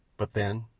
but then,